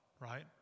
right